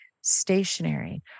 stationary